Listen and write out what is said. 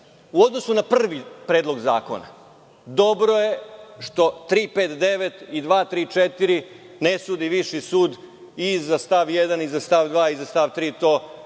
U odnosu na prvi Predlog zakona dobro je što 359. i 234. ne sudi Viši sud i za stav 1. i za stav 2. i za stav 3.